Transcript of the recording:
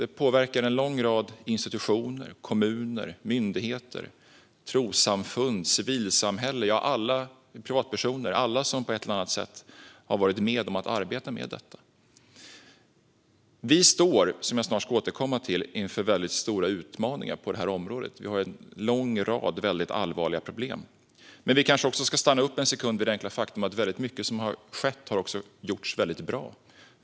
Det påverkar en lång rad institutioner, kommuner, myndigheter, trossamfund, civilsamhälle, privatpersoner - ja, alla som på ett eller annat sätt har varit med om att arbeta med detta. Vi står, som jag snart ska återkomma till, inför väldigt stora utmaningar på det här området. Vi har en lång rad mycket allvarliga problem. Men vi kanske ska stanna upp en sekund vid det enkla faktum att väldigt mycket som har skett också har gjorts väldigt bra.